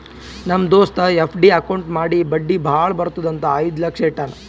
ನಮ್ ದೋಸ್ತ FD account ಮಾಡಿ ಬಡ್ಡಿ ಭಾಳ ಬರ್ತುದ್ ಅಂತ್ ಐಯ್ದ ಲಕ್ಷ ಇಟ್ಟಾನ್